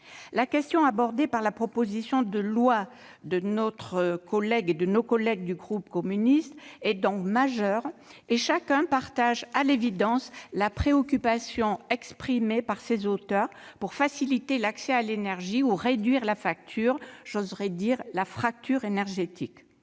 La question abordée par la proposition de loi de nos collègues du groupe communiste est donc majeure et chacun partage, à l'évidence, la préoccupation exprimée par ses auteurs pour faciliter l'accès à l'énergie ou réduire la facture- j'oserai dire : la fracture énergétique.